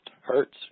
hurts